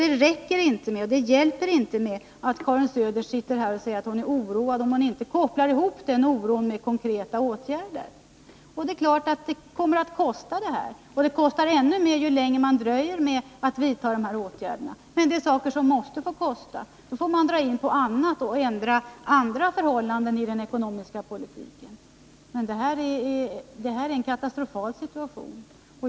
Det räcker inte och hjälper inte att Karin Söder säger att hon är oroad, om hon inte kopplar ihop den oron med konkreta åtgärder. Det är klart att det kommer att kosta. Och det kostar ännu mer ju längre man dröjer med att vidta åtgärderna. Men detta är sådant som måste få kosta. Man får dra in på annat i stället och ändra andra förhållanden i den ekonomiska politiken. Här är det en katastrofal situation.